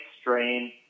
strain